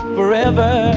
Forever